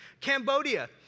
Cambodia